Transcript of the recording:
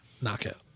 knockout